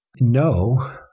No